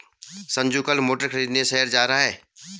संजू कल मोटर खरीदने शहर जा रहा है